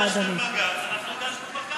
את הצפון זו הממשלה שאתם שותפים בה,